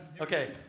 Okay